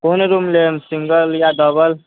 कोन रूम लेबै सिङ्गल या डबल